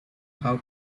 how